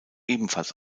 ebenfalls